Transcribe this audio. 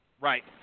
Right